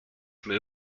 move